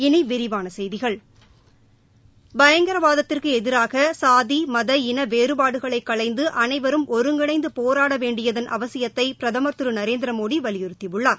இனி விரிவான செய்திகள் பயங்கரவாதத்திற்கு எதிராக சாதி மத இன வேறுபாடுகளை களைந்து அனைவரும் ஒருங்கிணைந்து போராட வேண்டியதன் அவசியத்தை பிரதமர் திரு நரேந்திர மோடி வலியுறத்தியுள்ளார்